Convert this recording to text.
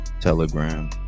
telegram